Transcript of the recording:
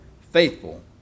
Faithful